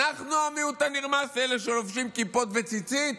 אנחנו המיעוט הנרמס, אלה שלובשים כיפות וציצית.